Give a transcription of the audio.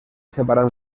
separada